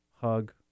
hug